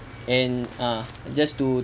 and ah just to